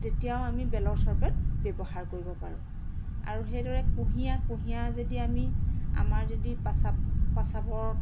তেতিয়াও আমি বেলৰ চৰপত ব্যৱহাৰ কৰিব পাৰোঁ আৰু সেইদৰে কুঁহিয়াৰ কুঁহিয়াৰ যদি আমি আমাৰ যদি পেচাব পেচাবৰ